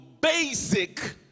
basic